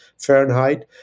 Fahrenheit